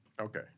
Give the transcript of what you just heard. Okay